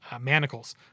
manacles